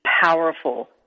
powerful